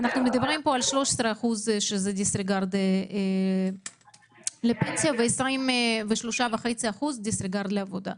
אנחנו מדברים על 13% דיסריגרד לפנסיה ו-3.5% דיסריגרד לעבודה.